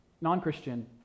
Non-Christian